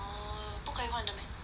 orh 不可以换的 meh